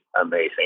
amazing